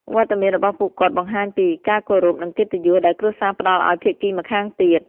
វត្តមានរបស់ពួកគាត់បង្ហាញពី ការគោរព និងកិត្តិយស ដែលគ្រួសារផ្ដល់ឲ្យភាគីម្ខាងទៀត។